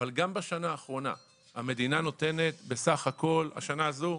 אבל גם בשנה האחרונה המדינה נותנת בסך הכול השנה הזו,